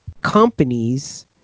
companies